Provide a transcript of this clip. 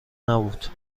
نبود